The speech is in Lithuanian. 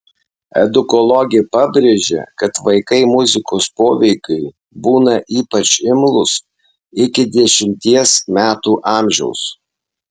edukologė pabrėžia kad vaikai muzikos poveikiui būna ypač imlūs iki dešimties metų amžiaus